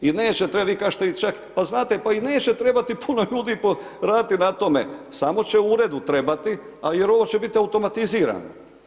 I neće trebati, vi kažete i čak pa znate pa i neće trebati puno ljudi poraditi na tome, samo će u uredu trebati jer ovo će biti automatizirano.